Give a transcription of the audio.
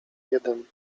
jeden